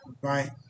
Right